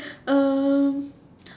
um